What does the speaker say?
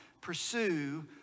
pursue